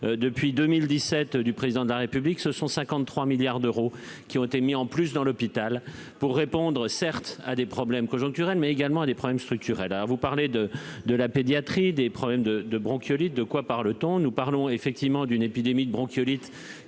depuis 2000 17 du président de la République, ce sont 53 milliards d'euros qui ont été mis en plus dans l'hôpital pour répondre, certes à des problèmes conjoncturels mais également à des problèmes structurels à vous parlez de de la pédiatrie, des problèmes de de bronchiolite de quoi par le temps, nous parlons effectivement d'une épidémie de bronchiolite